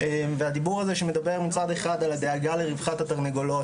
הדיבור הזה של לדבר מצד אחד על הדאגה לרווחת התרנגולות